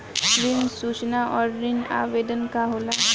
ऋण सूचना और ऋण आवेदन का होला?